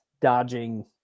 dodging